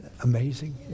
amazing